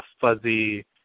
fuzzy